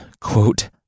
quote